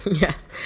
Yes